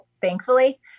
thankfully